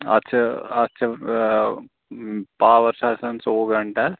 اَتھ چھُ اَتھ چھُ ٲں پاوَر چھُ آسان ژُوٚوُہ گھنٹَن